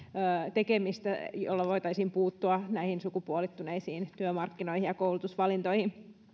tekemistä jolla voitaisiin puuttua näihin sukupuolittuneisiin työmarkkinoihin ja koulutusvalintoihin